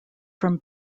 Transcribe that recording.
from